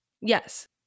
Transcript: yes